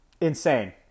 insane